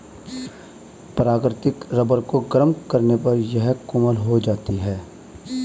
प्राकृतिक रबर को गरम करने पर यह कोमल हो जाता है